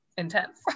intense